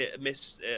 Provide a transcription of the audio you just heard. miss